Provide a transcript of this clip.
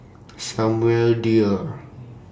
Samuel Dyer